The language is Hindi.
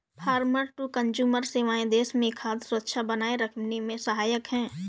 फॉर्मर टू कंजूमर सेवाएं देश में खाद्य सुरक्षा बनाए रखने में सहायक है